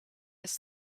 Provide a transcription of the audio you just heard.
his